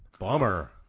Bummer